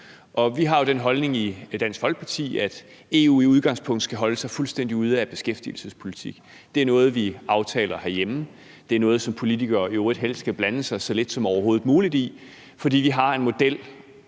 Vi har jo den holdning i Dansk Folkeparti, at EU i udgangspunktet skal holde sig fuldstændig ude af beskæftigelsespolitik. Det er noget, vi aftaler herhjemme. Det er noget, som politikere i øvrigt helst skal blande sig så lidt som overhovedet muligt i, fordi vi har en model,